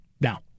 now